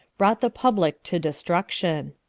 brought the public to destruction.